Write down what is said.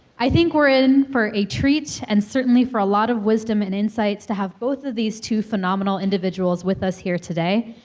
i think we're in for a treat, and certainly for a lot of wisdom and insights to have both of these two phenomenal individuals with us here today.